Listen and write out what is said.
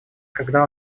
когда